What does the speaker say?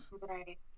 Right